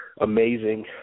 amazing